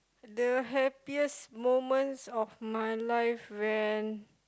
the happiest moments of my life when